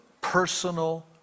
personal